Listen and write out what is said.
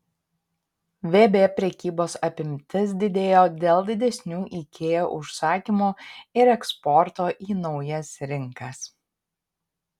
vb prekybos apimtis didėjo dėl didesnių ikea užsakymų ir eksporto į naujas rinkas